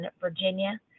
Virginia